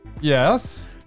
yes